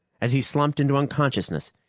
as he slumped into unconsciousness,